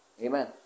Amen